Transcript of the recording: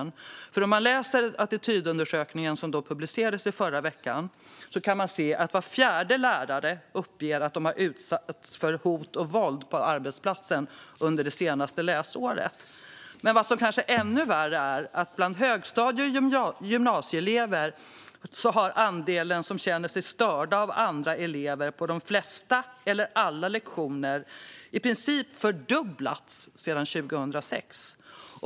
Om man läser undersökningen, som alltså publicerades förra veckan, kan man se att var fjärde lärare uppger att de under det senaste läsåret har utsatts för hot och våld på arbetsplatsen. Men vad som kanske är ännu värre är att bland högstadie och gymnasieelever har andelen som känner sig störda av andra elever på de flesta eller alla lektioner i princip fördubblats sedan 2006.